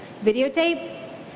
videotape